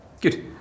good